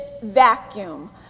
vacuum